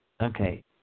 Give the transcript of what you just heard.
Okay